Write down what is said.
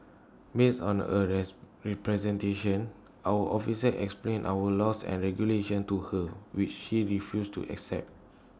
based on her rest representation our officers explained our laws and regulations to her which she refused to accept